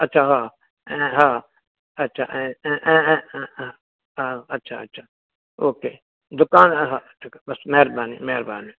अछा हा ऐं हा हा अछा ऐं ऐं ऐं ऐं हा हा हा अछा अछा ओके दुकानु हा हा ठीकु आहे बसि महिरबानी महिरबानी